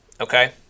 okay